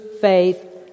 faith